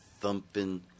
thumping